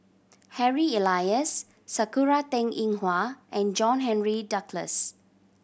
Harry Elias Sakura Teng Ying Hua and John Henry Duclos